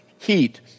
heat